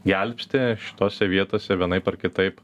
gelbsti šitose vietose vienaip ar kitaip